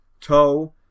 Toe